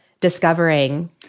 discovering